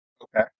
Okay